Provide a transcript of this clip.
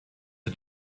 sie